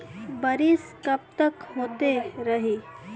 बरिस कबतक होते रही?